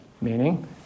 Meaning